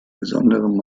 besonderem